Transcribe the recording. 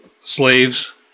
slaves